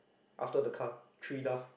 after the car three doves